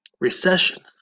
recession